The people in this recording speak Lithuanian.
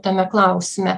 tame klausime